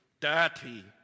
dirty